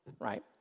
right